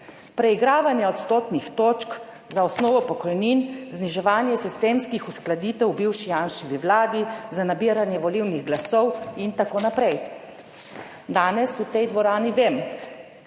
preigravanje odstotnih točk za osnovo pokojnin, zniževanje sistemskih uskladitev v bivši Janševi Vladi za nabiranje volilnih glasov in tako naprej. Danes v tej dvorani vem,